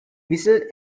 whistled